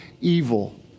evil